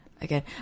again